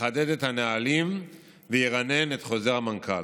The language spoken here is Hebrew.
לחדד את הנהלים וירענן את חוזר המנכ"ל,